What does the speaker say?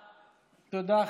תודה,